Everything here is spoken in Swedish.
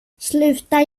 sluta